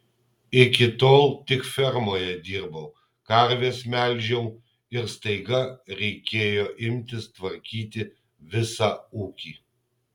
iki tol tik fermoje dirbau karves melžiau ir staiga reikėjo imtis tvarkyti visą ūkį